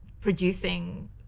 producing